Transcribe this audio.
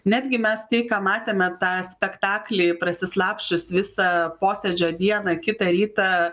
netgi mes tai ką matėme tą spektaklį prasislapsčius visą posėdžio dieną kitą rytą